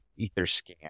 Etherscan